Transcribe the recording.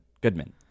Goodman